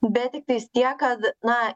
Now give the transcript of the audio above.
bet tiktais tiek kad na